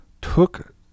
took